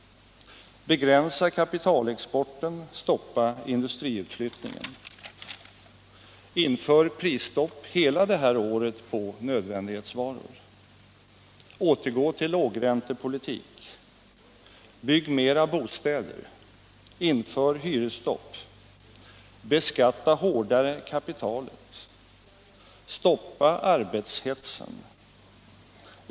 Begränsa kapitalexporten! Stoppa industriutflyttningen! Inför prisstopp på nödvändighetsvaror hela detta år! Återgå till lågräntepolitik! Bygg mera bostäder! Inför hyresstopp! Beskatta kapitalet hårdare! Stoppa arbetshetsen!